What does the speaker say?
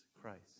Christ